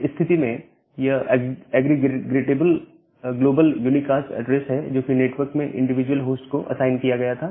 इस स्थिति में यह एग्रीगेटटेबल ग्लोबल यूनिकास्ट ऐड्रेस है जो कि नेटवर्क में इंडिविजुअल होस्ट को असाइन किया गया है